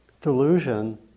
delusion